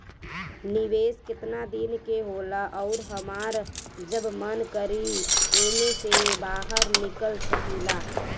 निवेस केतना दिन के होला अउर हमार जब मन करि एमे से बहार निकल सकिला?